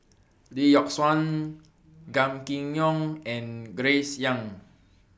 Lee Yock Suan Gan Kim Yong and Grace Young